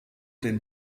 den